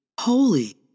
holy